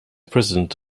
president